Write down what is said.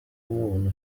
umuntu